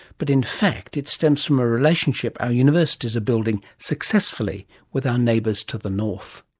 but in fact it stems from a relationship our universities are building successfully with our neighbours to the north.